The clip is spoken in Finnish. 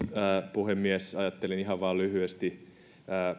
puhemies ajattelin ihan vain lyhyesti